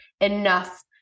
enough